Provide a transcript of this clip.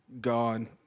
gone